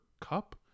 cup